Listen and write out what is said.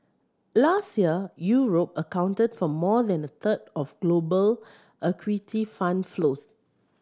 last year Europe accounted for more than a third of global equity fund flows